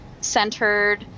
centered